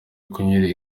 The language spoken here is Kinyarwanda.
kunyura